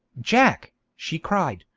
jack she cried,